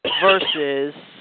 versus